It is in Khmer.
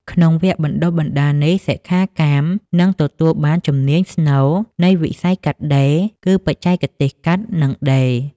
ក្នុងវគ្គបណ្តុះបណ្តាលនេះ សិក្ខាកាមនឹងទទួលបានជំនាញស្នូលនៃវិស័យកាត់ដេរ គឺ បច្ចេកទេសកាត់ និងដេរ។